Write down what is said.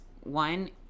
One